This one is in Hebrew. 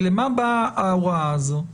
הרי למה באה ההוראה הזאת?